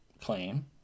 claim